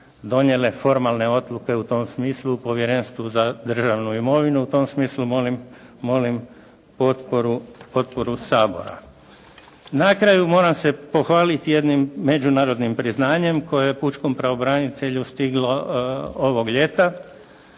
donijele formalne odluke u tom smislu u Povjerenstvu za državnu imovinu. U tom smislu molim potporu Sabora. Na kraju moram se pohvaliti jednim međunarodnim priznanjem koje je pučkom pravobranitelju stiglo ovog ljeta.